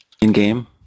In-game